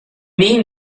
mean